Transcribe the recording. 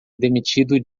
demitido